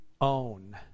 own